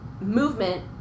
movement